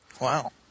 Wow